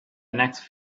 next